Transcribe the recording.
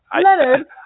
Leonard